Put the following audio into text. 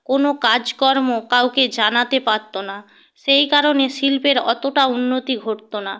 কোনো কাজকর্ম কাউকে জানাতে পারত না সেই কারণে শিল্পের অতটা উন্নতি ঘটতো না